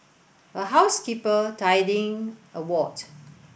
a housekeeper tidying a ward